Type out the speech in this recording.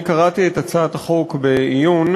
אני קראתי את הצעת החוק בעיון,